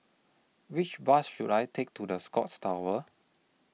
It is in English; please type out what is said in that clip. Which Bus should I Take to The Scotts Tower